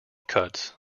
cuts